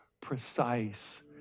precise